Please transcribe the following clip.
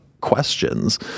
questions